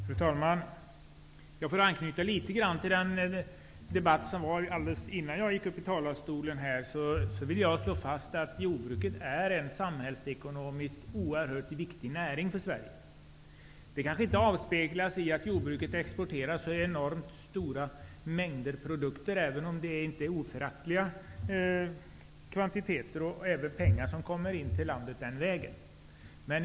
Fru talman! För att anknyta litet grand till den debatt som fördes alldeles innan jag gick upp i talarstolen vill jag slå fast att jordbruket är en för Sverige samhällsekonomiskt oerhört viktig näring. Men det kanske inte avspeglas i att jordbruket exporterar så enormt stora mängder produkter -- även om det inte är oföraktliga kvantiteter och därmed inte oföraktliga mängder pengar som kommer in till landet den vägen.